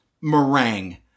meringue